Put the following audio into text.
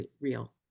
real